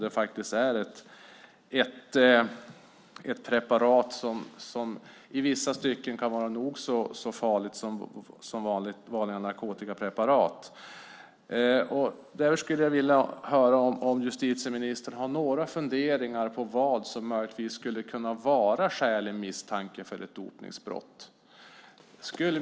Det är faktiskt ett preparat som i vissa stycken kan vara nog så farligt som vanliga narkotikapreparat. Jag skulle vilja veta om justitieministern har några funderingar om vad som möjligtvis skulle kunna vara skälig misstanke för ett dopningsbrott.